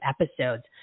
episodes